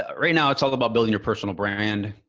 ah right now it's all about building your personal brand.